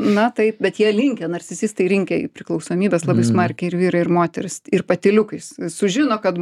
na taip bet jie linkę narcisistai rinkę į priklausomybes labai smarkiai ir vyrai ir moterys ir patyliukais sužino kad